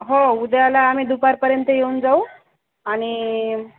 हो उद्याला आम्ही दुपारपर्यंत येऊन जाऊ आणि